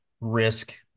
risk